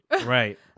right